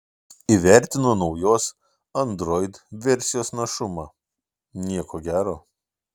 įvertino naujos android versijos našumą nieko gero